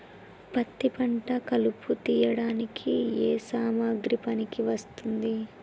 పత్తి పంట కలుపు తీయడానికి ఏ సామాగ్రి పనికి వస్తుంది?